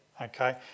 okay